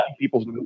people's